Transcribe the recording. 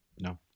No